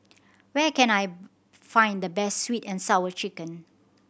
where can I find the best Sweet And Sour Chicken